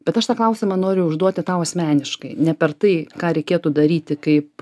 bet aš tą klausimą noriu užduoti tau asmeniškai ne per tai ką reikėtų daryti kaip